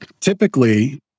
typically